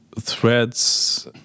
threads